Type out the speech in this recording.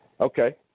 okay